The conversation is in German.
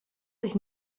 sich